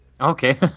Okay